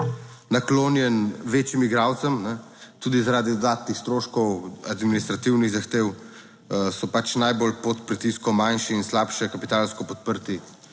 naklonjen večjim igralcem, tudi zaradi dodatnih stroškov administrativnih zahtev so pač najbolj pod pritiskom manjši in slabše kapitalsko podprti